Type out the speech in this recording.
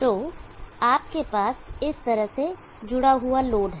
तो आपके पास इस तरह से जुड़ा हुआ लोड है